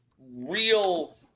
real